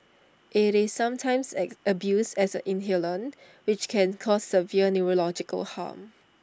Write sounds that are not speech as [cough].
IT is sometimes [hesitation] abused as an inhalant which can cause severe neurological harm